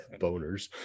boners